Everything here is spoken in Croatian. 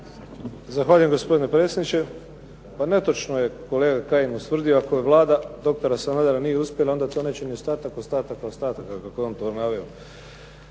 Zahvaljujem gospodine predsjedniče. Pa netočno je kolega Kajin ustvrdio ako Vlada doktora Sanadera nije uspjela, onda to neće ni ostatak ostataka, ostataka, kako je on to naveo.